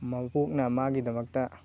ꯃꯕꯣꯛꯅ ꯃꯥꯒꯤꯗꯃꯛꯇ